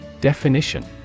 Definition